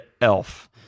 elf